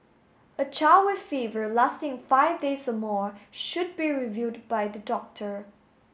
a child with fever lasting five days or more should be reviewed by the doctor